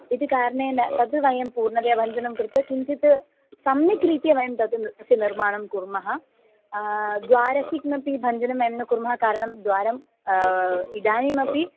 इति कारणेन तद् वयं पूर्णतया भञ्जनं कृत्वा किञ्चित् सम्यक्रीत्या वयं तत् तस्य निर्माणं कुर्मः द्वारस्य किमपि भञ्जनं वयं न कुर्मः कारणं द्वारम् इदानीमपि